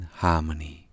harmony